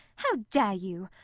how dare you?